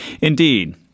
Indeed